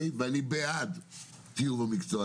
אני בעד טיוב המקצוע,